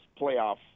playoff